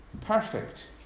perfect